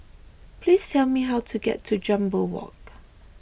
please tell me how to get to Jambol Walk